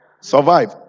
survive